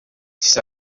siis